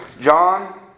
John